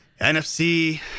NFC